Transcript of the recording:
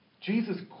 Jesus